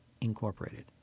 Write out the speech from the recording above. Incorporated